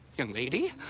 young lady,